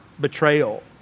betrayal